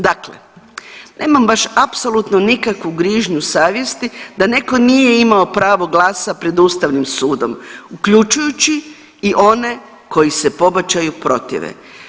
Dakle, nemam baš apsolutno nikakvu grižnju savjesti da netko nije imao pravo glasa pred ustavnim sudom, uključujući i one koji se pobačaju protive.